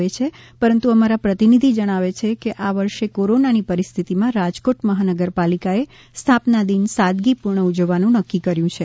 તેમજ રંગેચંગે ઉજવણી કરાય છે પરંતુ અમારા પ્રતિનિધિ જણાવે છે કે આ વર્ષે કોરોનાની પરિસ્થિતિમાં રાજકોટ મહાનગરપાલિકાએ સ્થાપના દિન સાદગીપૂર્ણ ઉજવવાનું નક્કી કર્યું છે